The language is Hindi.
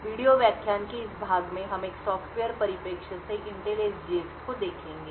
वीडियो व्याख्यान के इस भाग में हम एक सॉफ्टवेयर परिप्रेक्ष्य से इंटेल एसजीएक्स को देखेंगे